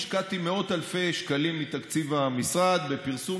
השקעתי מאות אלפי שקלים מתקציב המשרד בפרסום